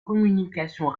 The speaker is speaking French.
communications